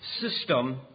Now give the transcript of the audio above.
system